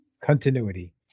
Continuity